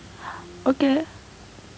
okay